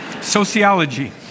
Sociology